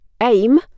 aim